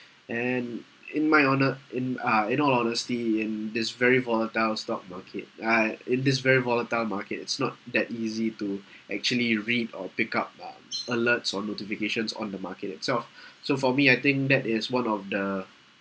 and in my honour in uh in all honesty in this very volatile stock market I in this very volatile market it's not that easy to actually read or pick up um alerts or notifications on the market itself so for me I think that is one of the